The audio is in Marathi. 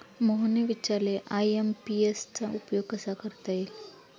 मोहनने विचारले आय.एम.पी.एस चा उपयोग कसा करता येईल?